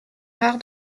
rare